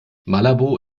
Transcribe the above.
malabo